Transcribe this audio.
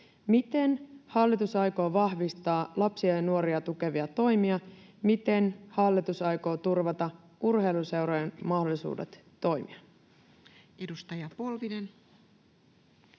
Miten hallitus aikoo vahvistaa lapsia ja nuoria tukevia toimia? Miten hallitus aikoo turvata urheiluseurojen mahdollisuudet toimia? [Speech